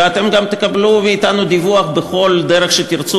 ואתם גם תקבלו מאתנו דיווח בכל דרך שתרצו